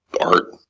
art